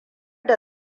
da